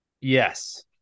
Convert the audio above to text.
Yes